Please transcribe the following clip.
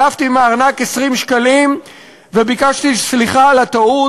שלפתי מהארנק 20 שקלים וביקשתי סליחה על הטעות.